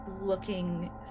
looking